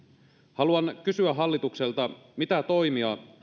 haluan kysyä hallitukselta mitä toimia